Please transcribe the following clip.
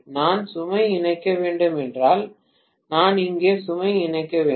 நான் சுமை இணைக்க வேண்டும் என்றால் நான் இங்கே சுமை இணைக்க வேண்டும்